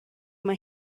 mae